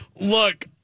Look